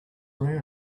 around